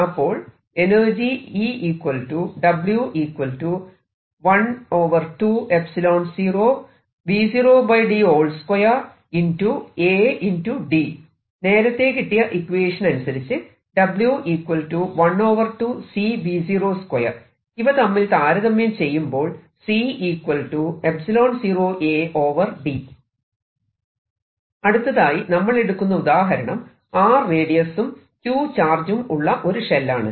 അപ്പോൾ എനർജി നേരത്തെ കിട്ടിയ ഇക്വേഷൻ അനുസരിച്ച് ഇവ തമ്മിൽ താരതമ്യം ചെയ്യുമ്പോൾ അടുത്തതായി നമ്മൾ എടുക്കുന്ന ഉദാഹരണം R റേഡിയസും Q ചാർജും ഉള്ള ഒരു ഷെൽ ആണ്